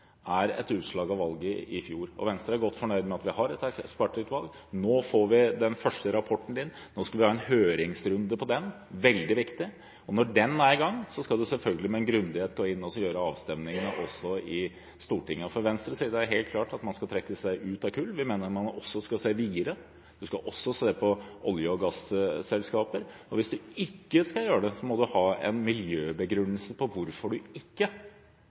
et ekspertutvalg. Nå får vi den første rapporten, og så skal vi ha en høringsrunde på den – som er veldig viktig – og når den er i gang, skal man selvfølgelig med grundighet gå inn i det, og ha avstemninger også i Stortinget. Fra Venstres side er det helt klart at man skal trekke seg ut av kull, og vi mener at man skal se videre, at man også skal se på olje- og gasselskaper. Hvis man ikke skal gjøre det, må man ha en miljøbegrunnelse for hvorfor man ikke